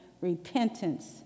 repentance